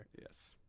yes